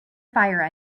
fire